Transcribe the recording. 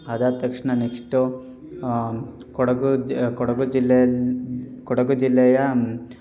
ಅದಾದ ತಕ್ಷಣ ನೆಕ್ಸ್ಟು ಕೊಡಗು ಜಿ ಕೊಡಗು ಜಿಲ್ಲೆಯಲ್ಲಿ ಕೊಡಗು ಜಿಲ್ಲೆಯ